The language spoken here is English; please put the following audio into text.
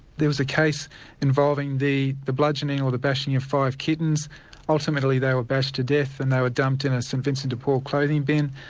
there was a case involving the the bludgeoning or the bashing of five kittens ultimately they were bashed to death and they were dumped in a st vincent de paul clothing bin,